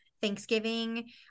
Thanksgiving